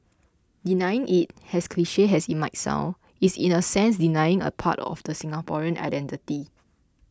denying it as cliche as it might sound is in a sense denying a part of the Singaporean identity